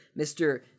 Mr